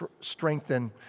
strengthen